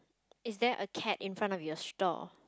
is there a cat in front of your store